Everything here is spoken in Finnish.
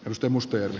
risto mustonen